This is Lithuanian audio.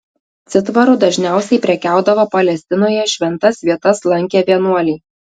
citvaru dažniausiai prekiaudavo palestinoje šventas vietas lankę vienuoliai